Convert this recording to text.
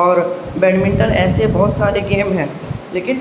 اور بیڈمنٹن ایسے بہت سارے گیم ہیں لیکن